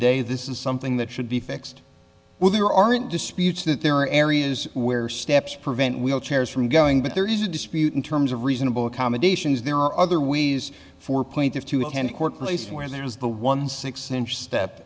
day this is something that should be fixed well there aren't disputes that there are areas where steps prevent wheelchairs from going but there is a dispute in terms of reasonable accommodations there are other ways for point of to a place where there is the one six inch step